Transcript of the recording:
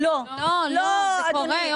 לא, אדוני.